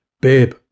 Babe